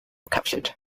captured